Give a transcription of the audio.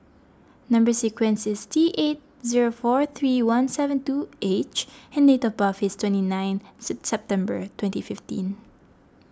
Number Sequence is T eight zero four three one seven two H and date of birth is twenty nine September twenty fifteen